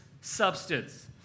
substance